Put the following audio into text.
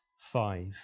five